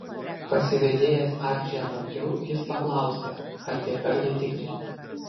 pasivedėjęs arčį atokiau jis paklausė ar tie perlai tikri